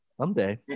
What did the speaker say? someday